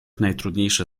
najtrudniejsze